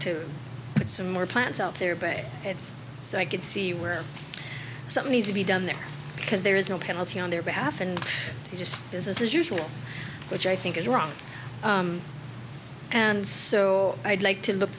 get some more plants out there bay it's so i can see where something needs to be done there because there is no penalty on their behalf and just business as usual which i think is wrong and so i'd like to look